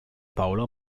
paolo